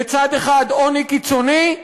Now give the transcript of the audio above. בצד אחד עוני קיצוני,